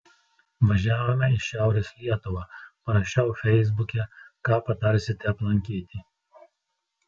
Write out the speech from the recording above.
važiavome į šiaurės lietuvą parašiau feisbuke ką patarsite aplankyti